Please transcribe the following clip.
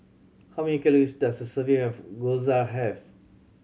how many calories does a serving of Gyoza have